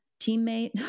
teammate